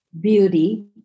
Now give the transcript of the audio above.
beauty